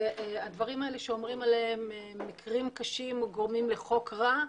הדברים האלה שאומרים עליהם "מקרים קשים" או "גורמים לחוק רע"